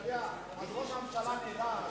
אז ראש הממשלה נאלץ,